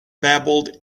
babbled